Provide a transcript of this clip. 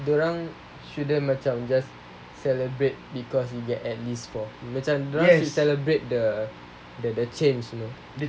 dorang shouldn't macam just celebrate because you get at least fourth macam dorang should celebrate the change you know